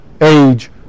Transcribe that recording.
Age